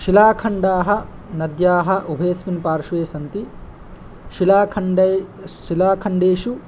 शिलाखण्डाः नद्यः उभयस्मिन् पार्श्वे सन्ति शिलाखण्डे शिलाखण्डेषु